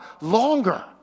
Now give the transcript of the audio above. longer